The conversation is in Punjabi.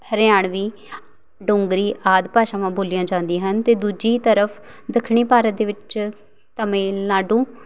ਹਰਿਆਣਵੀ ਡੋਂਗਰੀ ਆਦਿ ਭਾਸ਼ਾਵਾਂ ਬੋਲੀਆਂ ਜਾਂਦੀਆਂ ਹਨ ਅਤੇ ਦੂਜੀ ਤਰਫ ਦੱਖਣੀ ਭਾਰਤ ਦੇ ਵਿੱਚ ਤਾਮਿਲਨਾਡੂ